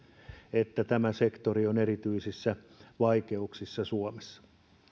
että tämä sektori on erityisissä vaikeuksissa suomessa